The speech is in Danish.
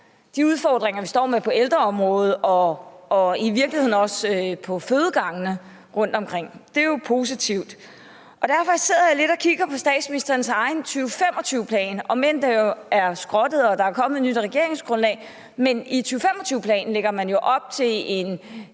de udfordringer, vi står med på ældreområdet og i virkeligheden også på fødegangene rundtomkring. Det er jo positivt. Derfor sidder jeg lidt og kigger på statsministerens egen 2025-plan, om end den jo er skrottet og der er kommet et nyt regeringsgrundlag. Men i 2025-planen lægger man jo op til en